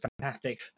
fantastic